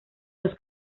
los